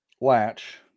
latch